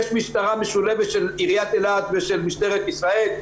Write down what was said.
יש משטרה משולבת של עירית אילת עם משטרת ישראל,